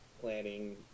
planning